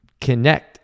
connect